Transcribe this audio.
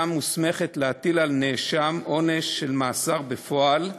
מוסמכת להטיל על נאשם עונש של מאסר בפועל,